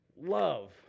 Love